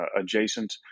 adjacent